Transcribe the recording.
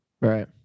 right